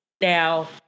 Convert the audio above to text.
Now